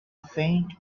faint